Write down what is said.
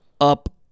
up